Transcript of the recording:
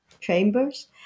chambers